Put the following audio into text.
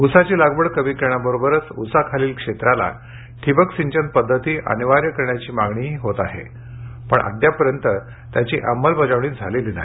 उसाची लागवड कमी करण्याबरोबरच उसाखालील क्षेत्राला ठिबक सिंचन पद्धती अनिवार्य करण्याची मागणीही होत आहे पण अद्यापपर्यंत त्याची अंमलबजावणी झालेली नाही